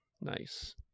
nice